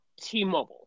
T-Mobile